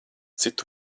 citu